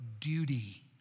duty